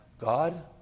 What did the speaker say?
God